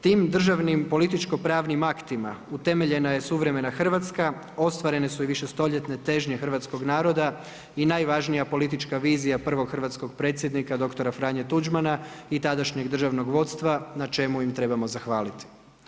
Tim državnim političko-pravnim aktima utemeljena je suvremena Hrvatska, ostvarene su i višestoljetne težnje hrvatskog naroda i najvažnija politička vizija prvog hrvatskog predsjednika dr. Franje Tuđmana i tadašnjeg državnog vodstva na čemu im trebamo zahvaliti.